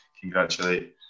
congratulate